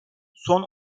son